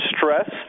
stress